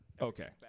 okay